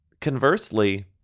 Conversely